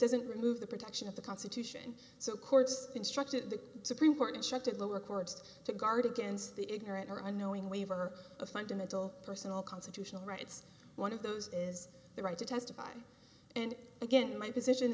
doesn't remove the protection of the constitution so courts instructed the supreme court and shocked at the records to guard against the ignorant or unknowing waiver of fundamental personal constitutional rights one of those is the right to testify and again my position